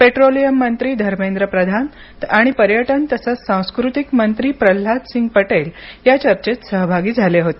petroleum मंत्री धर्मेंद्र प्रधान आणि पर्यटन तसंच सांस्कृतिक मंत्री प्रल्हाद सिंग पटेल या चर्चेत सहभागी झाले होते